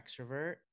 extrovert